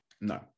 No